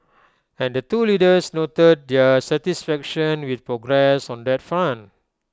and the two leaders noted their satisfaction with progress on that front